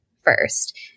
First